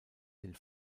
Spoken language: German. den